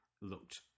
looked